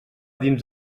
dins